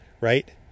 right